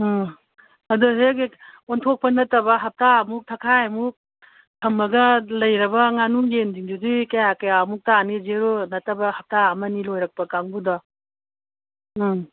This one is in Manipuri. ꯑꯥ ꯑꯣꯟꯊꯣꯛꯄ ꯅꯠꯇꯕ ꯍꯞꯇꯥꯃꯨꯛ ꯊꯥ ꯈꯥꯏꯃꯨꯛ ꯊꯝꯃꯒ ꯂꯩꯔꯕ ꯉꯥꯅꯨ ꯌꯦꯟꯁꯤꯡꯗꯨꯗꯤ ꯀꯌꯥ ꯀꯌꯥꯃꯨꯛ ꯇꯥꯅꯤ ꯖꯦꯔꯣ ꯅꯠꯇꯕ ꯍꯞꯇꯥ ꯑꯃꯅꯤ ꯂꯣꯏꯔꯛꯄ ꯀꯥꯡꯕꯨꯗꯣ ꯎꯝ